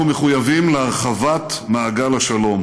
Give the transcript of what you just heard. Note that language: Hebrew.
אנחנו מחויבים להרחבת מעגל השלום